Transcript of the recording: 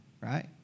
Right